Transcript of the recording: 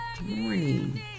morning